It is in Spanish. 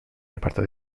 reparto